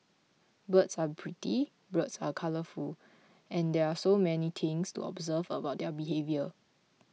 birds are pretty birds are colourful and there are so many things to observe about their behaviour